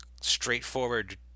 straightforward